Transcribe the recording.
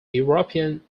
european